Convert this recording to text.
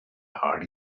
hearty